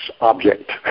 object